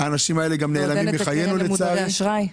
האנשים האלה נעלמים מחיינו, לצערי.